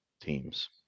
teams